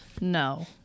No